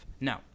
no